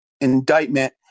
indictment